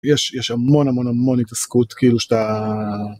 יש המון המון המון התעסקות כאילו שאתה...